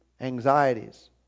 Anxieties